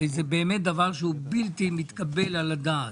הרי זה באמת דבר שהוא בלתי מתקבל על הדעת.